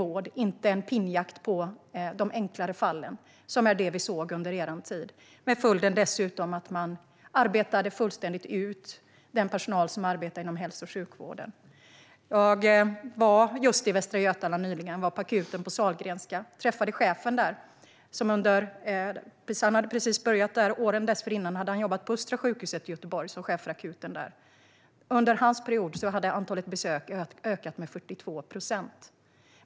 Vi ska inte ha en pinnjakt på de enklare fallen, som var vad vi såg under er tid, dessutom med följden att man fullständigt slet ut den personal som arbetade inom hälso och sjukvården. Jag var nyligen just i Västra Götaland och träffade chefen för akuten på Sahlgrenska, som precis hade börjat där. Åren dessförinnan hade han jobbat som chef för akuten på Östra sjukhuset i Göteborg, och under hans period hade antalet besök ökat med 42 procent.